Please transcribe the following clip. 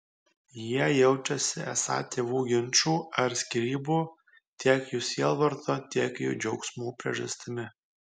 jie jaučiasi esą tėvų ginčų ar skyrybų tiek jų sielvarto tiek jų džiaugsmų priežastimi